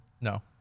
No